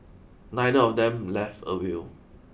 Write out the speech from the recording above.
neither of them left a will